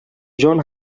john